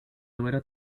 número